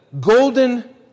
Golden